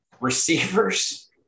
receivers